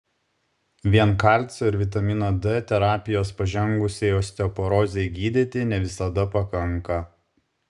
vien kalcio ir vitamino d terapijos pažengusiai osteoporozei gydyti ne visada pakanka